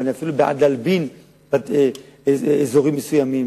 ואני אפילו בעד להלבין אזורים מסוימים